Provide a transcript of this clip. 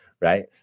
right